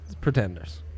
Pretenders